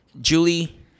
Julie